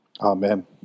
Amen